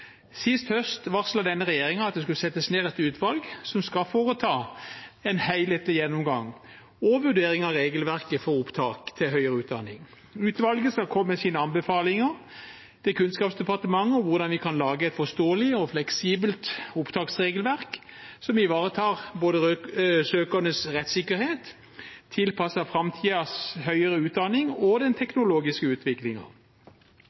Sist høst varslet denne regjeringen at det skulle settes ned et utvalg som skal foreta en helhetlig gjennomgang og vurdering av regelverket for opptak til høyere utdanning. Utvalget skal komme med sine anbefalinger til Kunnskapsdepartementet om hvordan vi kan lage et forståelig og fleksibelt opptaksregelverk som både ivaretar søkernes rettssikkerhet og er tilpasset framtidens høyere utdanning og den